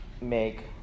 make